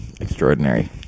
Extraordinary